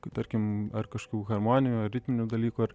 kai tarkim ar kažkokių harmonijų ar ritminių dalykų ar